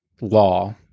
Law